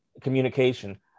communication